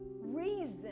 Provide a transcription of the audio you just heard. reason